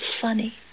funny